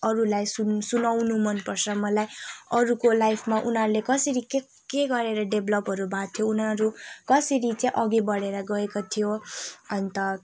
अरूलाई सुन सुनाउनु मनपर्छ मलाई अरूको लाइफमा उनीहरूले कसरी के के गरेर डेभ्लपहरू भएको थियो उनीहरू कसरी चाहिँ अघि बढेर गएको थियो अन्त